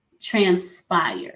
transpire